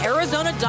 Arizona